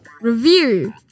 review